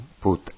put